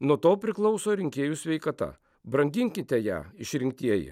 nuo to priklauso rinkėjų sveikata branginkite ją išrinktieji